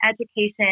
education